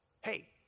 Hey